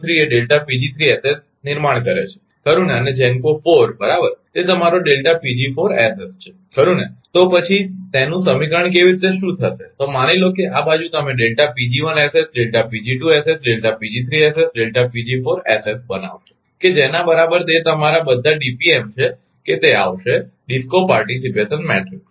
તેવી જ રીતે GENCO 3 તે નિર્માણ કરે છે ખરુ ને અને GENCO 4 બરાબર તે તમારોછે ખરુ ને તો પછી તેનું સમીકરણ કેવી રીતે શું થશે તો માની લો કે આ બાજુ તમે બનાવશો કે જેના બરાબર તે તમારા બધા DPM છે કે તે આવશે ડિસ્કો પાર્ટીસીપેશન મેટ્રિક્સ તેથી Cpf આવશે